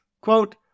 Quote